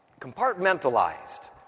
Compartmentalized